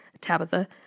Tabitha